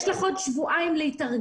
יש לך עוד שבועיים להתארגן.